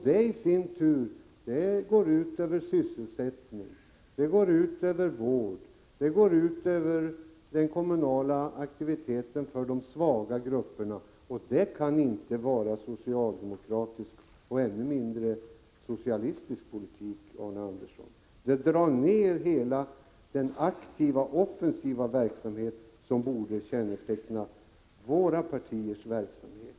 Det i sin tur går ut över sysselsättning, vård, den kommunala aktiviteten för de svaga grupperna, och det kan inte vara socialdemokratisk och ännu mindre socialistisk politik, Arne Andersson. Det drar ned hela den aktiva, offensiva verksamhet som borde känneteckna våra partiers verksamhet.